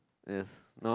yes no